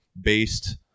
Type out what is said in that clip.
based